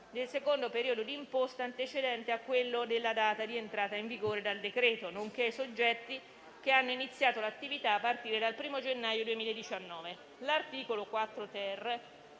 nel secondo periodo d'imposta antecedente a quello della data di entrata in vigore del decreto-legge, nonché ai soggetti che hanno iniziato l'attività a partire dal 1° gennaio 2019. L'articolo 4-*ter*